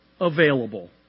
available